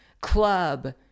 club